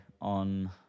on